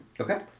Okay